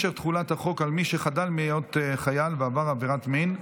משך תחולת החוק על מי שחדל מהיות חייל ועבר עבירת מין),